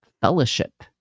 fellowship